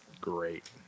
Great